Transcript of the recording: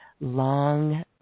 long